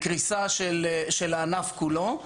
לקריסה של הענף כולו.